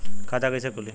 खाता कईसे खुली?